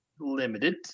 limited